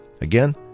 Again